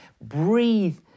Breathe